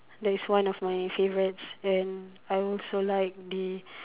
that's one of my favourites and I also like the